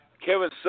Kevin